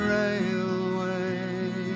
railway